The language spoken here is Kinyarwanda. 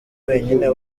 wenyine